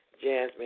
Jasmine